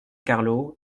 carlo